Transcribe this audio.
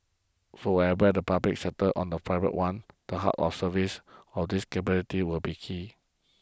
so whether the public sector on the private one the heart of service and these capabilities will be key